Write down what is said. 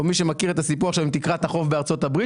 ומי שמכיר את הסיפור עם תקרת החוב בארה"ב,